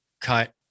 Cut